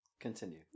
continue